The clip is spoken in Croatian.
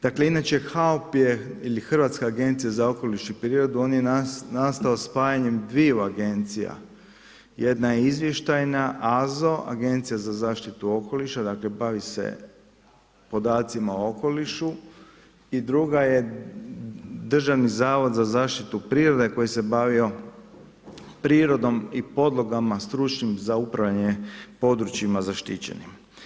Dakle, inače HAOP je ili Hrvatska agencija za okoliš i prirodu on je nastao spajanjem dviju agencija jedna je izvještajna AZO Agencija za zaštitu okoliša dakle bavi se podacima o okolišu i druga je Državni zavod za zaštitu prirode koji se bavio prirodom i podlogama stručnim za upravljanje područjima zaštićenim.